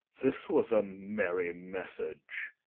this was a merry message